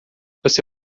você